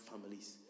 families